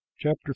Chapter